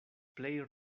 plej